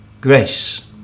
grace